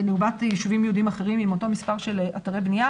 יישובים יהודיים אחרים עם אותו מספר של אתרי בנייה,